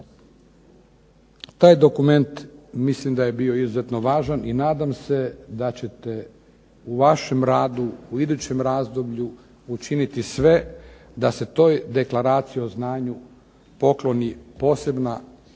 Taj dokument mislim da je bio izuzetno važan i nadam se da ćete u vašem radu u idućem razdoblju učiniti sve da se toj deklaraciji o znanju pokloni posebna